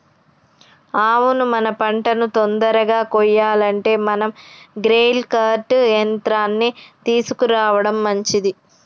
అవును మన పంటను తొందరగా కొయ్యాలంటే మనం గ్రెయిల్ కర్ట్ యంత్రాన్ని తీసుకురావడం మంచిది